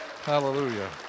Hallelujah